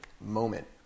moment